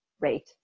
rate